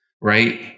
right